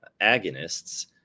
agonists